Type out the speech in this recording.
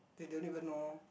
do you even know